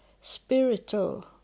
spiritual